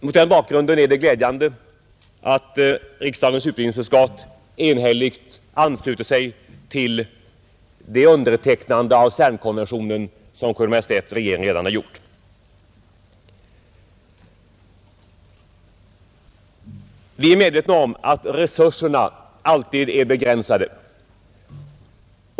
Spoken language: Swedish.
Mot den bakgrunden är det glädjande att riksdagens utbildningsutskott enhälligt föreslår riksdagen godkänna det undertecknande av CERN-konventionen som Kungl. Maj:t gjort. Vi är medvetna om att resurserna alltid är begränsade.